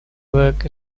work